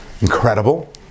incredible